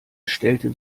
stellte